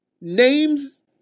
names